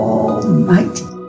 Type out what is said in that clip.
Almighty